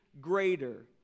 greater